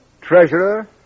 treasurer